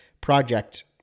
project